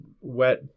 wet